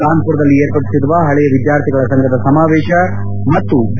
ಕಾನ್ವುರದಲ್ಲಿ ಏರ್ಪಡಿಸಿರುವ ಪಳೆಯ ವಿದ್ಯಾರ್ಥಿಗಳ ಸಂಘದ ಸಮಾವೇಶ ಮತ್ತು ಬಿ